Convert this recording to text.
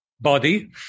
body